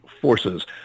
forces